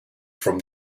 from